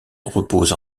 repose